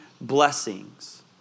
blessings